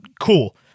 cool